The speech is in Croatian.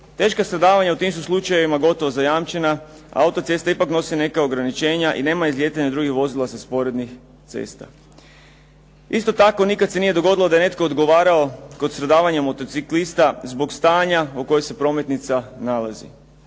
Teška stradavanja u tim su slučajevima gotovo zajamčena, a autocesta ipak nosi neka ograničenja i nema izlijetanja drugih vozila sa sporednih cesta. Isto tako, nikad se nije dogodilo da je netko odgovarao kod stradavanja motociklista zbog stanja u kojem se prometnica nalazi.